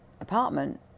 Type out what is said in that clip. apartment